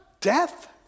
death